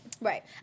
Right